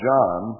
John